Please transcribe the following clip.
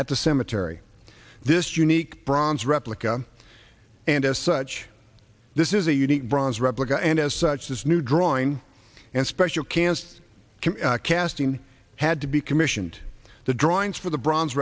at the cemetery this unique bronze replica and as such this is a unique bronze replica and as such this new drawing and special canst casting had to be commissioned the drawings for the bronze